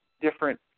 different